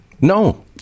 No